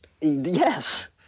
Yes